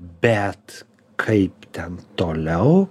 bet kaip ten toliau